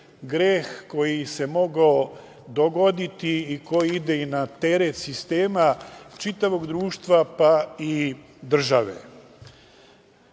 greh koji se mogao dogoditi i koji ide i na teret sistema čitavog društva, pa i države.